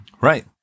Right